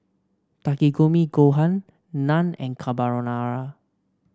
Takikomi Gohan Naan and Carbonara